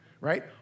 right